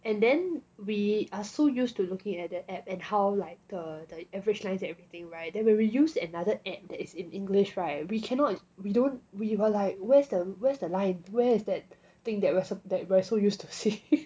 and then we are so used to looking at the app and how like the the average lines and everything [right] then when we use another app that is in english [right] we cannot we don't we were like where's the where's the line where is that thing that we are that we're so used to see